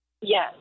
Yes